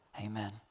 amen